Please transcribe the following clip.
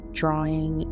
drawing